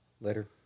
Later